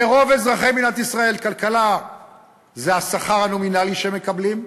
לרוב אזרחי מדינת ישראל כלכלה זה השכר הנומינלי שהם מקבלים,